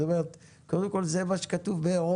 אז היא אומרת: קודם כול, זה מה שכתוב באירופה.